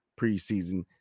preseason